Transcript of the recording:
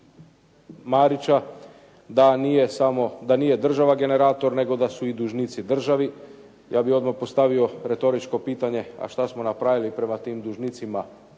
samo, da nije država generator nego da su i dužnici državi. Ja bih odmah postavio retoričko pitanje a šta smo napravili prema tim dužnicima